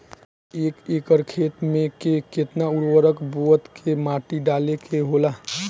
एक एकड़ खेत में के केतना उर्वरक बोअत के माटी डाले के होला?